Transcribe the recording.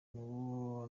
niwo